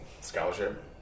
scholarship